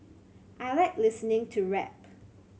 I like listening to rap